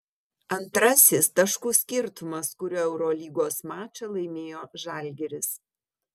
antrasis taškų skirtumas kuriuo eurolygos mačą laimėjo žalgiris